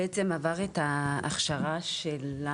בעצם עבר את ההכשרה שלנו,